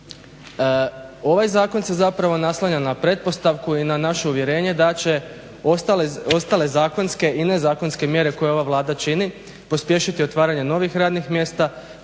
ovaj zakon se zapravo naslanja na pretpostavku i na naše uvjerenje da će ostale zakonske i nezakonske mjere koje ova Vlada čini pospješiti otvaranje novih radnih mjesta,